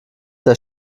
der